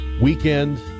weekend